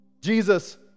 Jesus